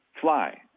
fly